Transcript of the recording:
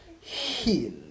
heal